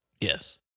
Yes